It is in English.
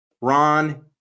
Ron